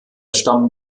stammen